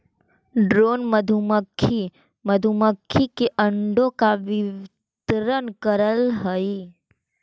drone मधुमक्खी मधुमक्खी के अंडों का वितरण करअ हई